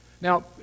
Now